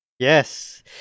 Yes